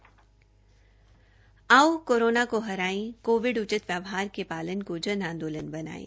आओ कोरोना को हराए कोविड उचित व्यवहार के पालन को जन आंदोलन बनायें